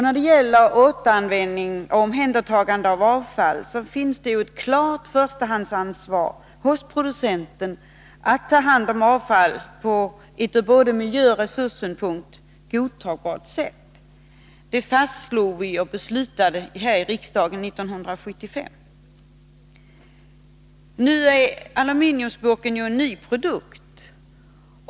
När det gäller återvinning och omhändertagande av avfall finns det ett klart förstahandsansvar hos producenten att ta hand om avfall på ett ur både miljöoch resurssynpunkt godtagbart sätt. Det fastslog och beslutade vi här i riksdagen 1975. Aluminiumburken är en ny produkt.